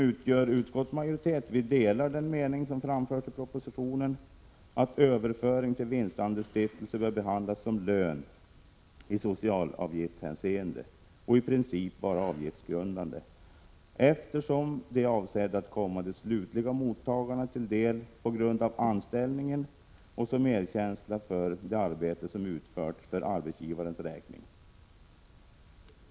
Utskottsmajoriteten delar den mening som framförs i propositionen, att överföring till vinstandelsstiftelse bör behandlas som lön i socialavgiftshänseende och i princip vara avgiftsgrundande, eftersom den är avsedd att komma de slutliga mottagarna till del på grund av anställningen och som erkänsla för arbete som utförts för arbetsgivarens räkning.